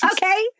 Okay